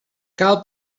cal